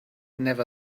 never